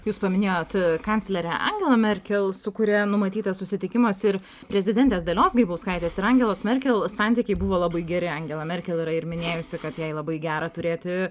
jūs paminėjot kanclerę angelą merkel su kuria numatytas susitikimas ir prezidentės dalios grybauskaitės ir angelos merkel santykiai buvo labai geri angela merkel yra ir minėjusi kad jai labai gera turėti